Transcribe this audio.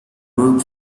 group